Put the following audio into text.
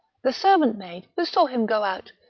the servant maid, who saw him go out,